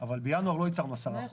אבל בינואר לא ייצרנו 10%,